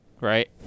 right